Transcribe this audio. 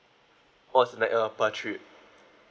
was like a per trip